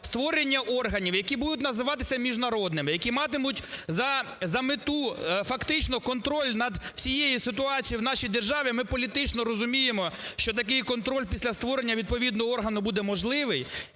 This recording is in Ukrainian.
створення органів, які будуть називатися міжнародними, які матимуть за мету фактично контроль над всією ситуацією в нашій державі, ми політично розуміємо, що такий контроль після створення відповідного органу буде можливий,